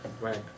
Right